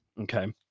okay